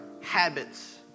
habits